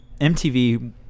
MTV